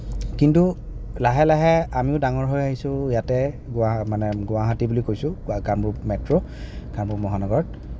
কিন্তু লাহে লাহে আমিও ডাঙৰ হৈ আহিছোঁ ইয়াতে গুৱা মানে গুৱাহাটী বুলি কৈছোঁ গু কামৰূপ মেট্ৰ' কামৰূপ মহানগৰত